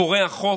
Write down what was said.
פורע חוק,